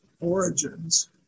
origins